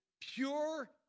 pure